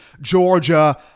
Georgia –